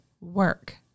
work